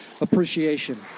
appreciation